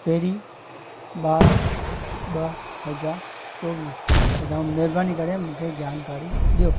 पहिरी ॿारहां ॿ हज़ार चोवीह त तव्हां महिरबानी करे मूंखे जानकारी ॾियो